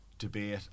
debate